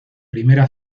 primera